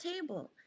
table